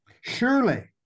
Surely